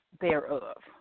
thereof